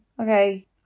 okay